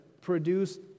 produced